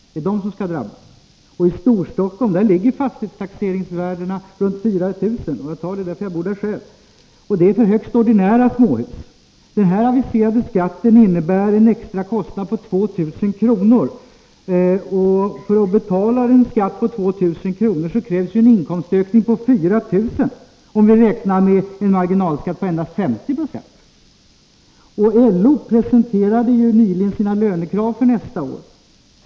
I Storstockholm — jag tar det exemplet eftersom jag bor där själv — ligger fastighetstaxeringsvärdet runt 400 000 kr. Och det gäller högst ordinära småhus. Den aviserade skatten innebär en extra kostnad på 2 000 kr. För att betala en skatt på 2 000 kr. krävs en inkomstökning på 4 000 kr., om vi räknar med en marginalskatt på endast 50 26. LO presenterade nyligen sina lönekrav för nästa år.